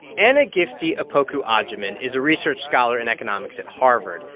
anna gifty opoku-agyeman is a research scholar in economics at harvard,